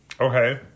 Okay